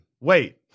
Wait